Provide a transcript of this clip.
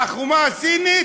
והחומה הסינית,